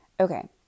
Okay